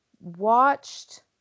watched